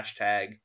hashtag